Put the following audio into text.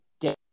get